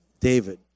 David